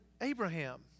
Abraham